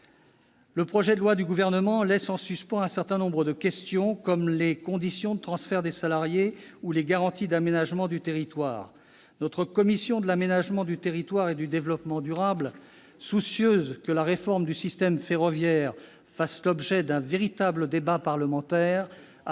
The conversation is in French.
projet de loi laisse en suspens un certain nombre de questions, comme les conditions de transfert des salariés ou les garanties d'aménagement du territoire. Notre commission de l'aménagement du territoire et du développement durable, soucieuse que la réforme du système ferroviaire fasse l'objet d'un véritable débat parlementaire, a